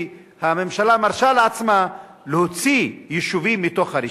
שהממשלה מרשה לעצמה להוציא יישובים מהרשימה.